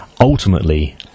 ultimately